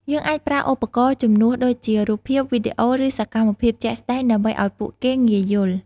យើងអាចប្រើឧបករណ៍ជំនួយដូចជា រូបភាព វីដេអូ ឬសកម្មភាពជាក់ស្តែងដើម្បីឱ្យពួកគេងាយយល់។